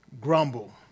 Grumble